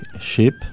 Ship